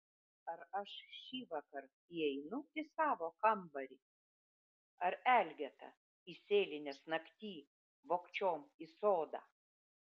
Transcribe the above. ar aš šįvakar įeinu į savo kambarį ar elgeta įsėlinęs naktyj vogčiom į sodą